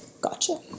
Gotcha